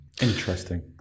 Interesting